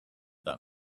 that